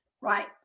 Right